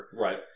Right